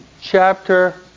chapter